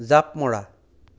জাঁপ মৰা